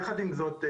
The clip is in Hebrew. יחד עם זאת,